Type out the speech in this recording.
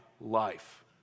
life